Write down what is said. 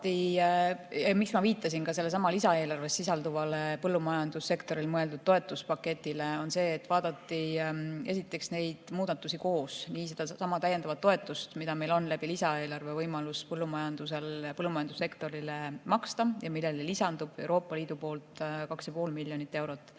ma viitasin ka lisaeelarves sisalduvale põllumajandussektorile mõeldud toetuspaketile seepärast, et vaadati esiteks neid muudatusi koos: sedasama täiendavat toetust, mida meil on lisaeelarvest võimalus põllumajandussektorile maksta, ja sellele lisandub Euroopa Liidu poolt 2,5 miljonit eurot.